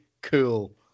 cool